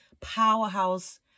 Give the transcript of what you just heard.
powerhouse